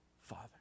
Father